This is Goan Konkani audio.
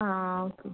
आं ओके